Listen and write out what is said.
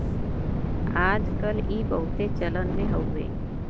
आज कल ई बहुते चलन मे हउवे